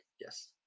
Yes